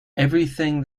everything